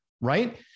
right